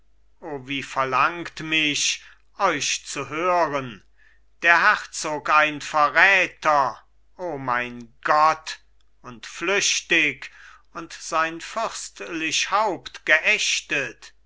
wie verlangt mich euch zu hören der herzog ein verräter o mein gott und flüchtig und sein fürstlich haupt geächtet